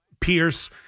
Pierce